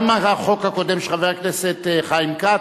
גם החוק הקודם, של חבר הכנסת חיים כץ,